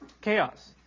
chaos